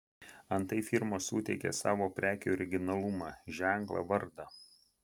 antai firmos suteikia savo prekei originalumą ženklą vardą